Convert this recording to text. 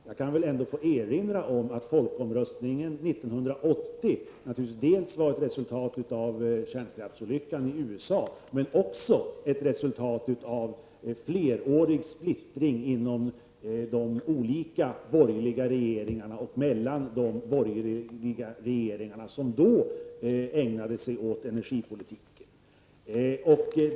Jag kan erinra om att folkomröstningen 1980 dels var ett resultat av kärnkraftsolyckan i USA, dels ett resultat av en flerårig splittring inom de olika borgerliga regeringarna och mellan de borgerliga regeringar som då ägnade sig åt energipolitiken.